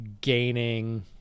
gaining